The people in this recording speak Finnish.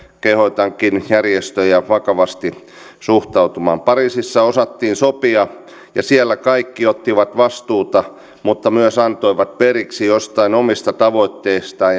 kehotankin järjestöjä tähän vakavasti suhtautumaan pariisissa osattiin sopia ja siellä kaikki ottivat vastuuta mutta myös antoivat periksi joistain omista tavoitteistaan